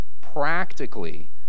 practically